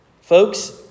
Folks